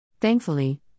Thankfully